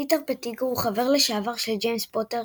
פיטר פטיגרו – חבר לשעבר של ג'יימס פוטר,